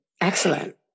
excellent